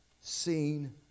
seen